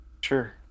Sure